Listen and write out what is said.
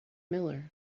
miller